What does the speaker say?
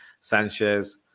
Sanchez